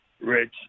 Rich